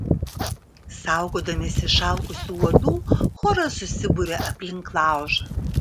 saugodamiesi išalkusių uodų choras susiburia aplink laužą